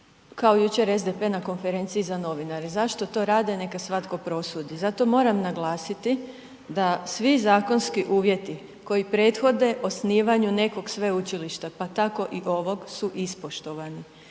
kao jučer SDP na konferenciji za novinare. Zašto to rade, neka svako prosudi, zato moram naglasiti da svi zakonski uvjeti koji prethode osnivanju nekog sveučilišta pa tako i ovog su ispoštovani.